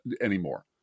anymore